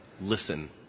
Listen